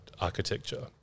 architecture